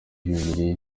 bibiri